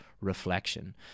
reflection